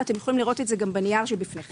ואתם יכולים לראות את זה גם בנייר שבפניכם.